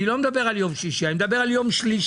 אני לא מדבר על יום שישי, אני מדבר על יום שלישי.